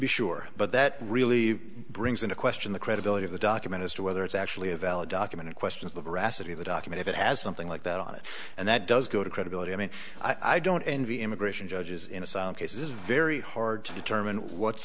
be sure but that really brings into question the credibility of the document as to whether it's actually a valid document or questions the veracity of the document if it has something like that on it and that does go to credibility i mean i don't envy immigration judges in asylum cases very hard to determine what's